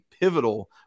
pivotal